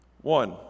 One